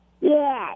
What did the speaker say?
Yes